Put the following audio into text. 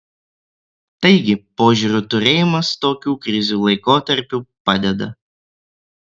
taigi požiūrio turėjimas tokių krizių laikotarpiu padeda